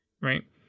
right